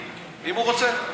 אם הוא רוצה.